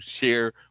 share